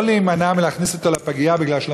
לא להימנע מלהכניס אותו לפגייה משום